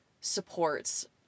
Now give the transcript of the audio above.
supports